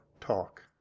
talk